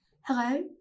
Hello